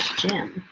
jim.